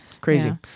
crazy